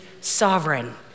sovereign